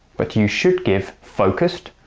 but you should give focused,